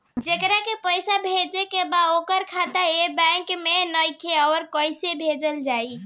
जेकरा के पैसा भेजे के बा ओकर खाता ए बैंक मे नईखे और कैसे पैसा भेजल जायी?